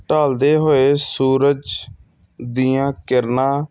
ਢਲਦੇ ਹੋਏ ਸੂਰਜ ਦੀਆਂ ਕਿਰਨਾਂ